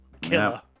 killer